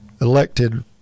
elected